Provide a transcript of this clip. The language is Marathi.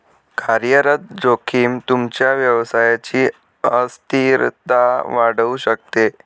कार्यरत जोखीम तुमच्या व्यवसायची अस्थिरता वाढवू शकते